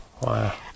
Wow